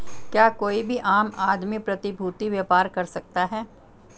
क्या कोई भी आम आदमी प्रतिभूती व्यापार कर सकता है?